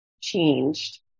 changed